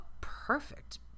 perfect